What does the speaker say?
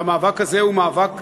והמאבק הזה הוא מאבק דמוקרטי,